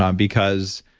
um because